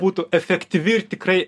būtų efektyvi ir tikrai